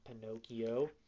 Pinocchio